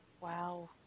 Wow